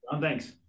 Thanks